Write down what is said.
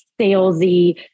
salesy